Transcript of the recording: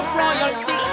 royalty